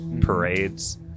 parades